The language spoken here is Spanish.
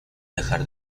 dejar